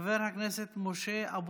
חבר הכנסת משה אבוטבול,